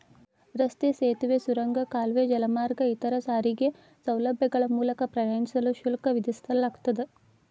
ರಸ್ತೆ ಸೇತುವೆ ಸುರಂಗ ಕಾಲುವೆ ಜಲಮಾರ್ಗ ಇತರ ಸಾರಿಗೆ ಸೌಲಭ್ಯಗಳ ಮೂಲಕ ಪ್ರಯಾಣಿಸಲು ಶುಲ್ಕ ವಿಧಿಸಲಾಗ್ತದ